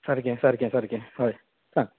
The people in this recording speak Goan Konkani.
सारकें सारकें सारकें हय सांग